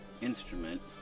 instrument